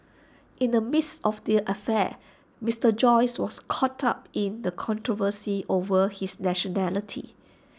in the midst of the affair Mister Joyce was caught up in controversy over his nationality